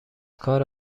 کار